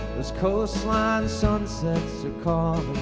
those coastline sunsets are calling